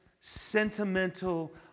sentimental